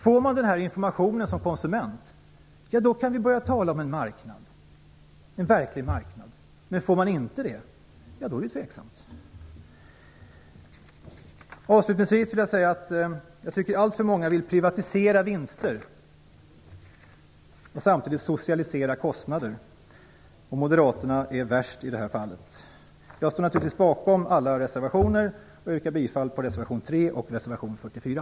Får man den här informationen som konsument, kan vi börja tala om en verklig marknad. Men får man inte det, då är det tveksamt. Avslutningvis vill jag säga att alltför många vill privatisera vinster men samtidigt socialisera kostnader. Moderaterna är värst i det fallet. Jag står naturligtvis bakom alla våra reservationer men yrkar bifall till reservationerna 3 och 44.